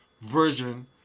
version